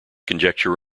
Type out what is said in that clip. conjecture